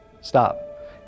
stop